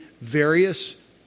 various